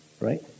Right